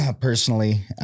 personally